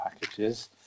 packages